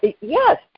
Yes